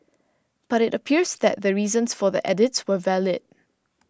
but it appears that the reasons for the edits were valid